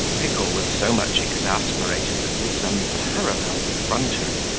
pickle was so much exasperated at this unparalleled effrontery,